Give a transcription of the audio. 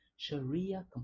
Sharia